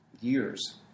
years